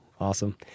Awesome